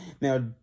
Now